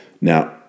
Now